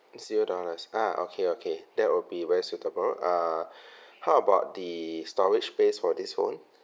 zero dollars ah okay okay that will be very suitable uh how about the storage space for this phone